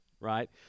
right